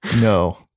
No